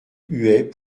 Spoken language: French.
huet